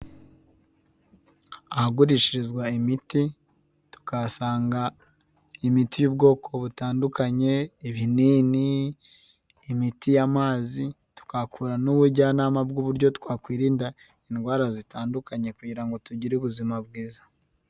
Ahagurishirizwa imiti tukahasanga imiti y'ubwoko butandukanye, ibinini, imiti y'amazi tukahakura n'ubujyanama bw'uburyo twakwirinda indwara zitandukanye kugira ngo tugire ubuzima bwiza.